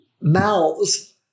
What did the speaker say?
mouths